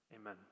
Amen